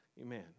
Amen